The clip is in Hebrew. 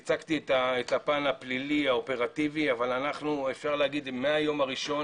והצגתי את הפן הפלילי האופרטיבי אבל אנחנו אפשר להגיד שמהיום הראשון